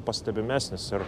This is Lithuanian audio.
pastebimesnis ir